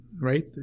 right